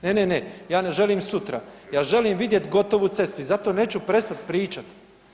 Ne, ne, ne ja ne želim sutra, ja želim vidjet gotovu cestu i zato neću prestat pričat.